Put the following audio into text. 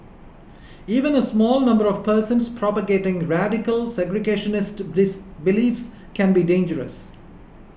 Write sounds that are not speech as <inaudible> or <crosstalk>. even a small number of persons propagating radical segregationist <unintelligible> beliefs can be dangerous